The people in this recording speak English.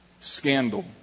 scandal